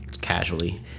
casually